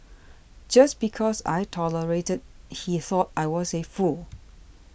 just because I tolerated he thought I was a fool